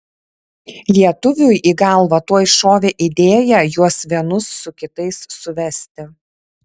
lietuviui į galvą tuoj šovė idėja juos vienus su kitais suvesti